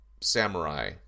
samurai